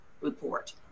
report